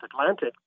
Atlantic